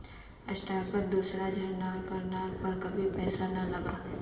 स्टॉकत दूसरा झनार कहनार पर कभी पैसा ना लगा